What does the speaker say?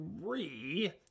three